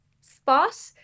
spot